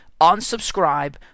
Unsubscribe